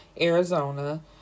arizona